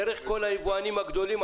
דרך כל היבואנים הגדולים,